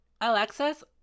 Alexis